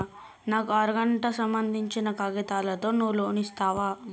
నా అర గంటకు సంబందించిన కాగితాలతో నువ్వు లోన్ ఇస్తవా?